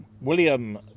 William